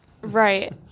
Right